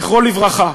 זכרו לברכה,